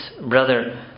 brother